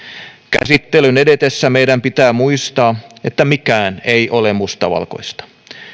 käsittelyn edetessä meidän pitää muistaa että mikään ei ole mustavalkoista